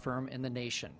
firm in the nation